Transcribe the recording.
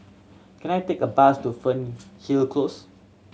can I take a bus to Fernhill Close